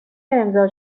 امضا